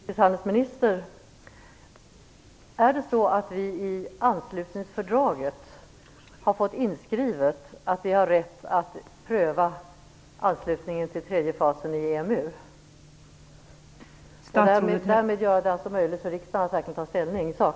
Fru talman! Jag vill ställa en fråga till utrikeshandelsministern: Är det så att vi i anslutningsfördraget har fått inskrivet att vi har rätt att pröva anslutningen till tredje fasen i EMU, och därmed göra det möjligt för riksdagen att verkligen ta ställning i sak?